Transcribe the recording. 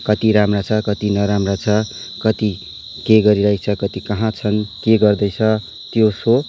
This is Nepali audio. कति राम्रा छ कति नराम्रा छ कति के गरिरहेछ कति कहाँ छन् के गर्दैछ त्यो सब